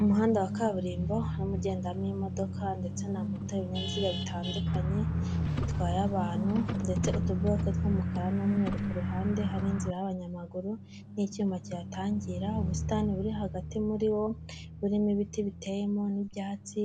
Umuhanda wa kaburimbo urimo ugenda mo imodoka ndetse na moto, ibinyabiziga bitandukanye bitwaye abantu, ndetse utuburaroke tw'umukara n'umweru ku ruhande, hari inzira y'abanyamaguru n'icyuma kihatangira, ubusitani buri hagati muri bo, burimo ibiti biteyemo n'ibyatsi,